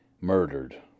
murdered